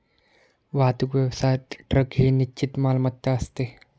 वाहतूक व्यवसायात ट्रक ही निश्चित मालमत्ता असते